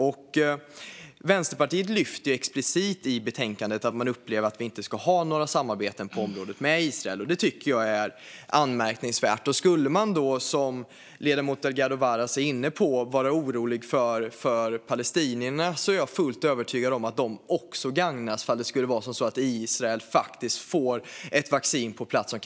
Vänsterpartiet lyfter i betänkandet explicit fram att Sverige inte bör ha några samarbeten på området med Israel, och det tycker jag är anmärkningsvärt. Ledamoten Delgado Varas är orolig för palestinierna, men jag är fullt övertygad om att de också skulle gagnas om Israel får ett vaccin på plats.